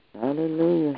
Hallelujah